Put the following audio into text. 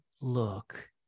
look